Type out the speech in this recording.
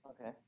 Okay